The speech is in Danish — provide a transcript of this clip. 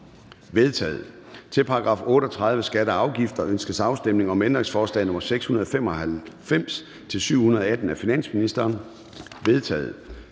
vedtaget. Til § 38. Skatter og afgifter. Ønskes afstemning om ændringsforslag nr. 695-718 af finansministeren? De er